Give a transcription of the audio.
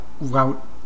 route